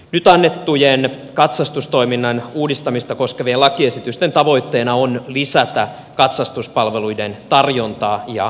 nyt annettujen katsastustoiminnan uudistamista koskevien lakiesitysten tavoitteena on lisätä katsastuspalveluiden tarjontaa ja saatavuutta